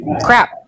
crap